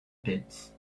pits